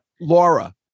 Laura